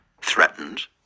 threatened